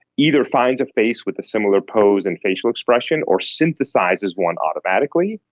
either finds a face with a similar pose and facial expression or synthesises one automatically,